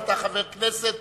אבל אתה חבר כנסת